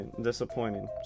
disappointing